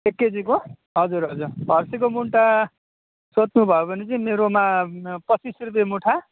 एक केजीको हजुर हजुर फर्सीको मुन्टा सोध्नु भयो भने चाहिँ मेरोमा पच्चिस रुपियाँ मुठा